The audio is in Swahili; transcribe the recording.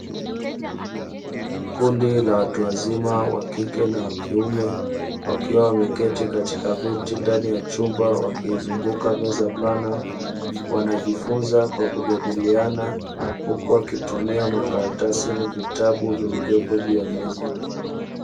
Kundi la watu wazima wa kike na wa kiume, wakiwa wameketi katika viti ndani ya chumba wakizunguka meza pana, wanajifunza kwa kujadiliana huku wakitumia makaratasi na vitabu vilivyopo juu ya meza.